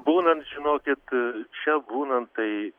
būnant žinokit čia būnant tai